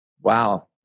Wow